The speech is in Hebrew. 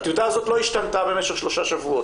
הטיוטה הזאת לא השתנתה במשך שלושה שבועות.